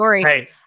Hey